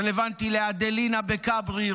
רלוונטי לאדלינה בכברי,